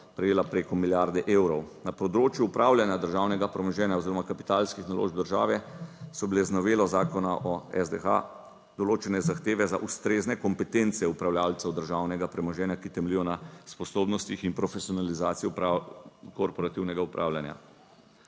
prejela preko milijarde evrov. Na področju upravljanja državnega premoženja oziroma kapitalskih naložb države so bile z novelo Zakona o SDH določene zahteve za ustrezne kompetence upravljavcev državnega premoženja, ki temeljijo na sposobnostih in profesionalizaciji korporativnega upravljanja.